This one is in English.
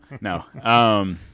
no